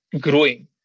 growing